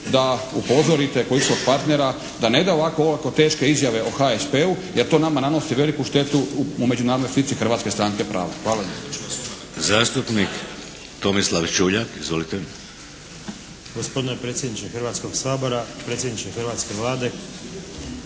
da upozorite koalicijskog partnera da ne daje ovako olako teške izjave o HSP-u jer to nama nanosi veliku štetu u međunarodnoj slici Hrvatske stranke prava. Hvala